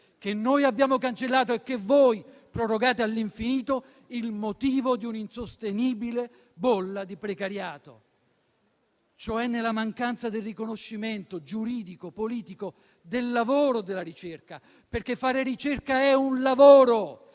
che noi abbiamo cancellato e che voi prorogate all'infinito, il motivo di un'insostenibile bolla di precariato: cioè nella mancanza del riconoscimento giuridico - e politico - del lavoro della ricerca. Fare ricerca è un lavoro!